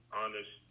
honest